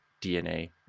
DNA